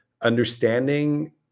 understanding